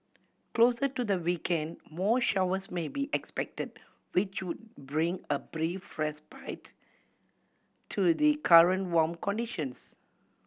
closer to the weekend more showers may be expected which would bring a brief respite to the current warm conditions